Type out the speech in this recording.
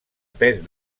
pes